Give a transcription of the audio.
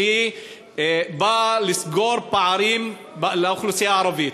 שבאה לסגור פערים לאוכלוסייה הערבית,